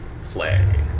play